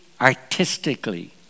artistically